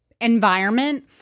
environment